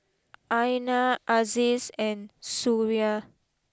Aina Aziz and Suria